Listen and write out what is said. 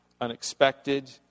unexpected